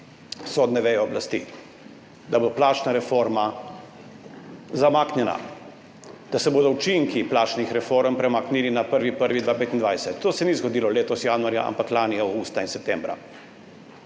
sodne veje oblasti, da bo plačna reforma zamaknjena, da se bodo učinki plačnih reform premaknili na 1. 1. 2025. To se ni zgodilo letos januarja, ampak lani avgusta in septembra.